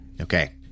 Okay